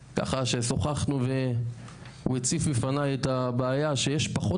ששוחחנו והוא הציף בפניי את הבעיה שיש פחות